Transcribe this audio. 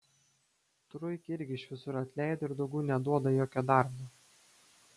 truikį irgi iš visur atleido ir daugiau neduoda jokio darbo